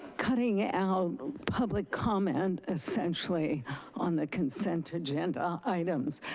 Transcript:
cutting out public comment essentially on the consent agenda items.